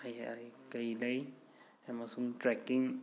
ꯀꯩ ꯂꯩ ꯑꯃꯁꯨꯡ ꯇ꯭ꯔꯦꯛꯀꯤꯡ